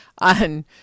on